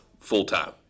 full-time